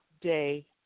day